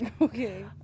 Okay